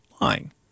lying